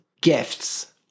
gifts